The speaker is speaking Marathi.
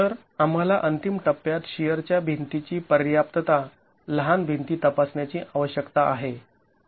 तर आम्हाला अंतिम टप्प्यात शिअर च्या भिंतीची पर्याप्तता लहान भिंती तपासण्याची आवश्यकता आहे